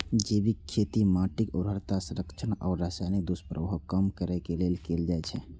जैविक खेती माटिक उर्वरता संरक्षण आ रसायनक दुष्प्रभाव कम करै लेल कैल जाइ छै